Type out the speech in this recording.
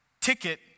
ticket